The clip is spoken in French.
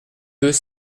deux